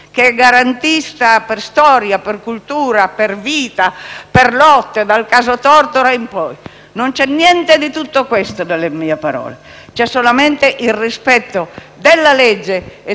Non c'è niente di tutto questo nelle mie parole: c'è solamente il rispetto della legge e, se possibile, anche del buon senso. Grazie.